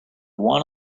want